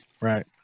right